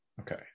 okay